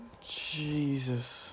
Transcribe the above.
Jesus